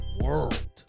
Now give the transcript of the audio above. world